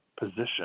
position